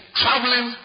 traveling